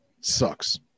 Sucks